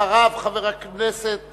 אחריו, חבר הכנסת